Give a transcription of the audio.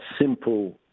simple